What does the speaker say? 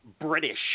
British